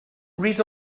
read